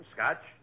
Scotch